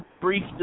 brief